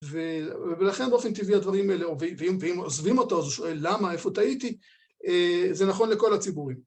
ולכן באופן טבעי הדברים האלה, ואם עוזבים אותו, אז הוא שואל למה, איפה טעיתי, זה נכון לכל הציבורים.